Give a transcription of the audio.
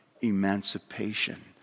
emancipation